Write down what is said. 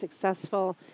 successful